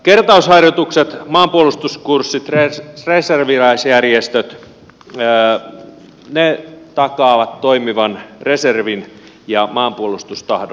kertausharjoitukset maanpuolustuskurssit reserviläisjärjestöt ne takaavat toimivan reservin ja maanpuolustustahdon